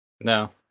No